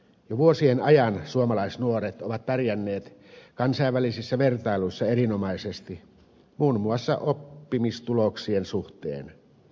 jo vuosien ajan suomalaisnuoret ovat pärjänneet kansainvälisissä vertailuissa erinomaisesti muun muassa oppimistuloksien suhteen